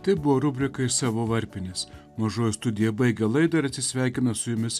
tai buvo rubrika iš savo varpinės mažoji studija baigia laidą ir atsisveikina su jumis